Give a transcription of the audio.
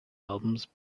albums